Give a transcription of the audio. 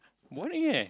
boring eh